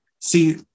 See